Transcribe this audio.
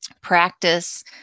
practice